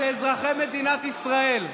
הם אזרחי מדינת ישראל,